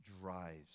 drives